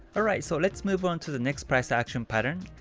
alright, so let's move on to the next price action pattern.